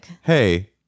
hey